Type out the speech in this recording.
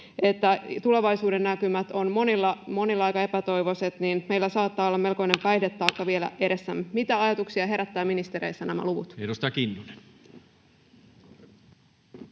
että tulevaisuudennäkymät ovat monilla aika epätoivoiset. Meillä saattaa olla melkoinen päihdetaakka vielä edessä. Mitä ajatuksia herättävät ministereissä nämä luvut? Edustaja Kinnunen.